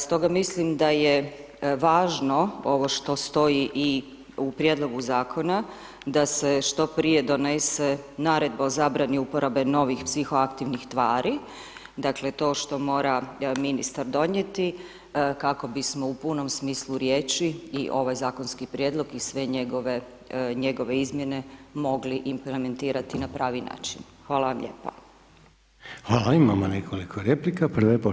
Stoga mislim da je važno ovo što stoji i u prijedlogu zakona, da se što prije donese naredba o zabrani uporabe novih psihoaktivnih tvari, dakle to što mora ministar donijeti kako bismo u punom smislu riječi i ovaj zakonski prijedlog i sve njegove izmjene, mogli implementirati na pravi način. hvala vam lijepo.